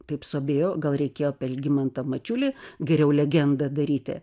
taip suabejojo gal reikėjo apie algimantą mačiulį geriau legendą daryti